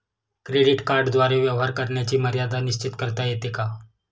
Credit कार्डद्वारे व्यवहार करण्याची मर्यादा निश्चित करता येते का?